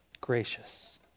Gracious